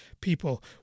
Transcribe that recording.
people